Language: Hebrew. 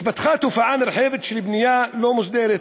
התפתחה תופעה נרחבת של בנייה לא מוסדרת,